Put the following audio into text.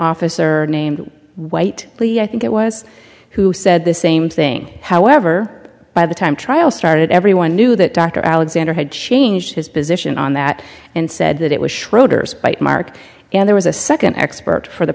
officer named white i think it was who said the same thing however by the time trial started everyone knew that dr alexander had changed his position on that and said that it was schroeder's bite mark and there was a second expert for the